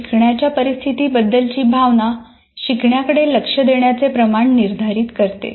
शिकण्याच्या परिस्थितीबद्दलची भावना शिकण्याकडे लक्ष देण्याचे प्रमाण निर्धारित करते